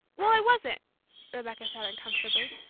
well, i wasn't! rebecca said uncomfortably.